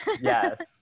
yes